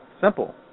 simple